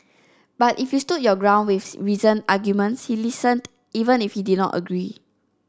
but if you stood your ground with reasoned arguments he listened even if he did not agree